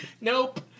Nope